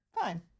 fine